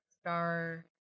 Star